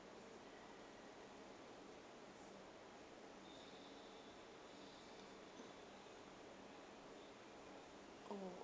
oh